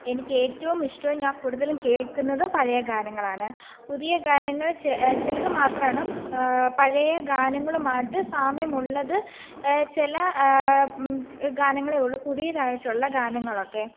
എനിക്ക് ഏറ്റോവും ഇഷ്ടം ഞാൻ കൂടുതലും കേൾക്കുന്നതും പഴയ ഗാനങ്ങളാണ് പുതിയ ഗാനങ്ങൾ ചിലത് മാത്രമാണ് പഴയ ഗാനങ്ങളുമായിട്ട് സാമ്യമുള്ളത് ചില ഗാനങ്ങളെ ഉള്ളു പുതിയതായിട്ടുള്ള ഗാനങ്ങളൊക്കെ